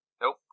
Nope